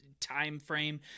timeframe